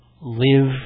live